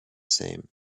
same